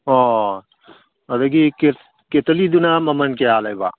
ꯑꯣ ꯑꯗꯒꯤ ꯀꯦꯇꯂꯤꯗꯨꯅ ꯃꯃꯟ ꯀꯌꯥ ꯂꯩꯕ